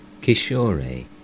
Kishore